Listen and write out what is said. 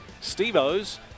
Steve-O's